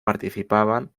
participaban